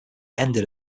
ended